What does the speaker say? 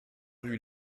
rue